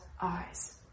eyes